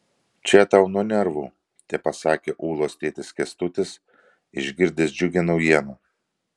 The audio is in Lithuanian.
čia tau nuo nervų tepasakė ulos tėtis kęstutis išgirdęs džiugią naujieną